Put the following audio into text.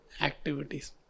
activities